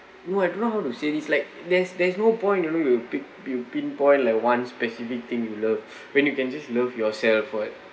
no I don't know how to say this like there's there's no point don't know you pick you pinpoint like one specific thing you love when you can just love yourself for it